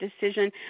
decision